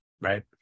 right